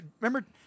remember